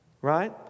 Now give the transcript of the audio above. Right